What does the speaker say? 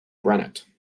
granite